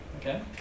okay